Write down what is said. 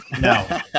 No